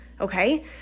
okay